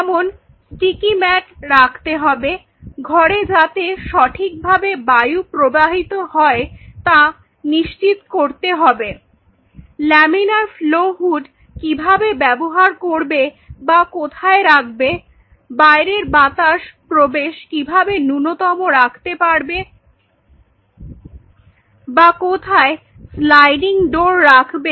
যেমন sticky mat রাখতে হবে ঘরে যাতে সঠিকভাবে বায়ু প্রবাহিত হয় তা নিশ্চিত করতে হবে লামিনার ফ্লো হুড কিভাবে ব্যবহার করবে বা কোথায় রাখবে বাইরের বাতাস প্রবেশ কিভাবে নূন্যতম রাখতে পারবে বা কোথায় স্লাইডিং ডোর রাখবে